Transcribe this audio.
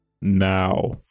Now